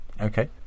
Okay